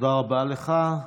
תודה רבה לך.